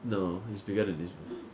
no is bigger than this room